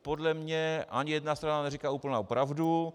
Podle mě ani jedna strana neříká úplnou pravdu.